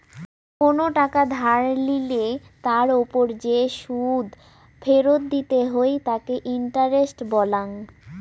কোনো টাকা ধার লিলে তার ওপর যে সুদ ফেরত দিতে হই তাকে ইন্টারেস্ট বলাঙ্গ